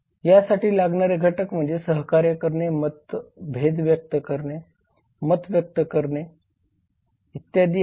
या साठी लागणारे घटक म्हणजे सहकार्य करणे मतभेद व्यक्त करणे मत व्यक्त करणे इत्यादी आहेत